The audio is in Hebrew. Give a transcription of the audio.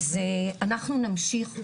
אז אנחנו נמשיך.